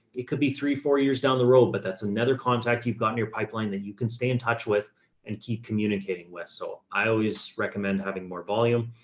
it could be three, four years down the road, but that's another contact you've got in your pipeline that you can stay in touch with and keep communicating west soul. i always recommend having more volume,